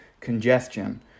congestion